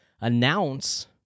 announce